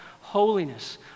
holiness